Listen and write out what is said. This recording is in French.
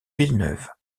villeneuve